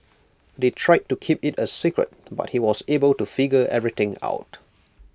they tried to keep IT A secret but he was able to figure everything out